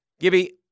Gibby